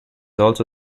also